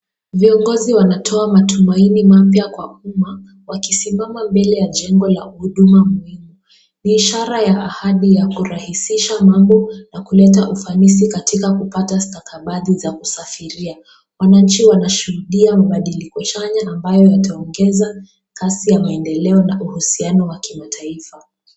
Viongozi wanatoa matumaini mpya kwa umma wakisimama mbele ya jengo la huduma muhimu. Ni ishara ya ahadi ya kurahisisha mambo na kuleta ufanisi katika kupata stakabadhi za kusafiria. Wananchi wanashuhudia mabadiliko chanya ambayo inaongeza kasi ya maendeleo na uhusiano wa kimataifa.